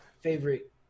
favorite